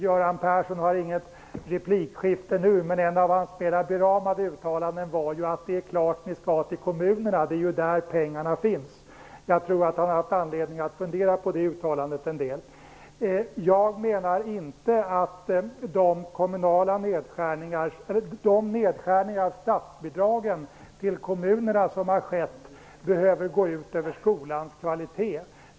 Göran Persson har ingen replikrätt nu, men jag vill ändå nämna ett av hans mera beramade uttalanden till lärarfacken: Det är klart ni skall till kommunerna, det är ju där pengarna finns. Jag tror att Göran Persson har haft anledning att fundera en del på det uttalandet. Jag menar inte att de nedskärningar av statsbidragen till kommunerna som har skett behöver gå ut över skolans kvalitet.